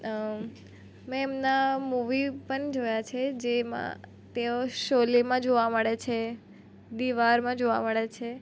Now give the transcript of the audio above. મેં એમના મૂવી પણ જોયાં છે જેમાં તેઓ શોલેમાં જોવા મળે છે દીવારમાં જોવા મળે છે